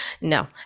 no